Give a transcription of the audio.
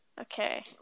Okay